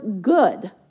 good